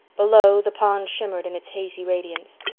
below, the pond shimmered in its hazy radiance.